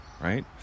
right